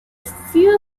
few